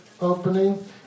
opening